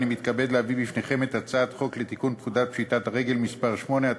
אני מתכבד להביא בפניכם את הצעת חוק לתיקון פקודת פשיטת הרגל (מס' 8),